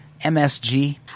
MSG